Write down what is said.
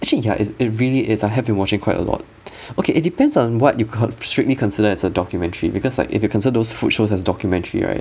actually ya is it really is I have been watching quite a lot okay it depends on what you ca~ strictly considered as a documentary because like if you consider those food shows as documentary right